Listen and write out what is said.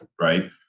right